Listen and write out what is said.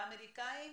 והאמריקאים,